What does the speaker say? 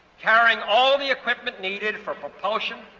carrying all the equipment needed for propulsion,